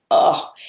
oh.